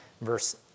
verse